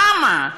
למה?